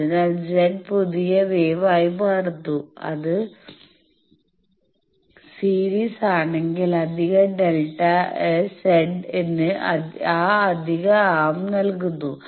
അതിനാൽ Z പുതിയ wave ആയി മാറുന്നു അത് സീരീസ് ആണെങ്കിൽ അധിക Δ Z ന് ആ അധിക ആം നൽകുന്നു